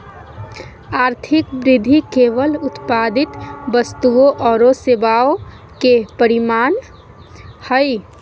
आर्थिक वृद्धि केवल उत्पादित वस्तुओं औरो सेवाओं के परिमाण हइ